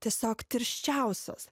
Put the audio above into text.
tiesiog tirščiausios